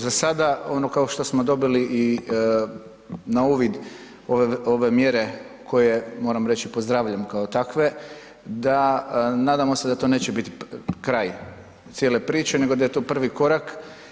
Za sada kao što smo dobili na uvid ove mjere koje moram reći pozdravljam kao takve, da nadamo se da to neće biti kraj cijele priče nego da je to prvi korak.